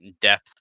depth